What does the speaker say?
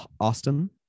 Austin